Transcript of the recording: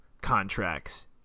contracts